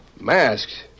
Masks